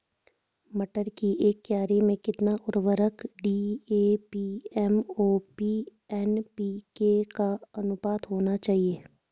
मटर की एक क्यारी में कितना उर्वरक डी.ए.पी एम.ओ.पी एन.पी.के का अनुपात होना चाहिए?